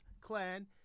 clan